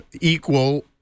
equal